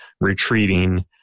retreating